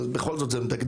אבל בכל זאת זה מדגדג,